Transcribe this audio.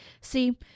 See